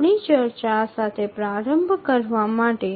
આપણી ચર્ચા આ સાથે પ્રારંભ કરવા માટે